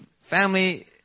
family